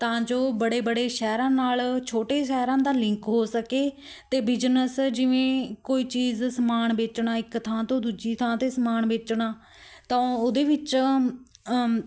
ਤਾਂ ਜੋ ਬੜੇ ਬੜੇ ਸ਼ਹਿਰਾਂ ਨਾਲ ਛੋਟੇ ਸ਼ਹਿਰਾਂ ਦਾ ਲਿੰਕ ਹੋ ਸਕੇ ਅਤੇ ਬਿਜ਼ਨਸ ਜਿਵੇਂ ਕੋਈ ਚੀਜ਼ ਸਮਾਨ ਵੇਚਣਾ ਇੱਕ ਥਾਂ ਤੋਂ ਦੂਜੀ ਥਾਂ 'ਤੇ ਸਮਾਨ ਵੇਚਣਾ ਤਾਂ ਉਹਦੇ ਵਿੱਚ